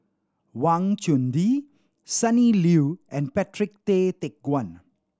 Wang Chunde Sonny Liew and Patrick Tay Teck Guan